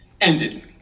ended